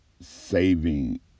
saving